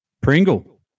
Pringle